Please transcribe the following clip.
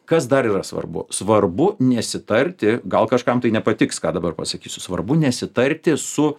kas dar yra svarbu svarbu nesitarti gal kažkam tai nepatiks ką dabar pasakysiu svarbu nesitarti su